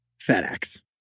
FedEx